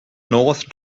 north